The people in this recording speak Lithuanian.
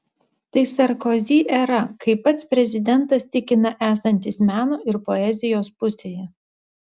tai sarkozi era kai pats prezidentas tikina esantis meno ir poezijos pusėje